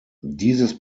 dieses